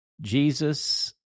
Jesus